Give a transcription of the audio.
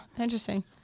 Interesting